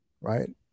right